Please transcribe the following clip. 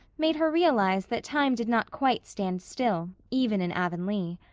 made her realize that time did not quite stand still, even in avonlea.